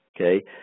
okay